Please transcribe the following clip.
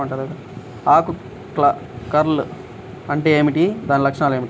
ఆకు కర్ల్ అంటే ఏమిటి? దాని లక్షణాలు ఏమిటి?